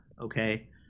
okay